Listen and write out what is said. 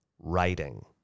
Writing